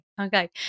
okay